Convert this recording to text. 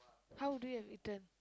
how would you have eaten